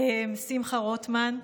שמחה רוטמן,